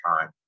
time